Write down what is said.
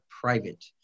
private